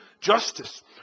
justice